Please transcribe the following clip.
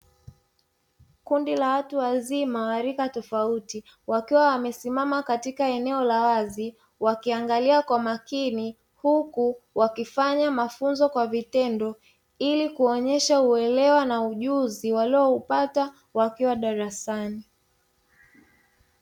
Kundi la watu wazima wa rika tofauti wakiwa wamesimama katika eneo la wazi wakiangalia kwa makini. Huku wakifanya mafunzo kwa vitendo ili kuonyesha uelewa na ujuzi walioupata wakiwa darasani.